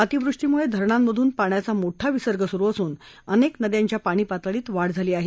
अतिवृष्टीमुळे धरणांमधून पाण्याचा मोठा विसर्ग सुरू असून अनेक नद्यांच्या पाणी पातळीत वाढ झाली आहे